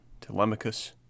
Telemachus